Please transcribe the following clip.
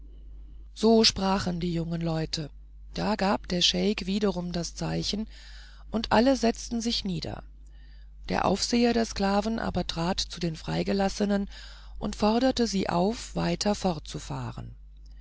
so sprachen die jungen leute da gab der scheik wiederum das zeichen und alle setzten sich nieder der aufseher der sklaven aber trat zu den freigelassenen und forderte sie auf weiter fortzufahren